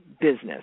business